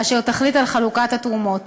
אשר תחליט על חלוקת התרומות.